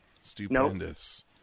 Stupendous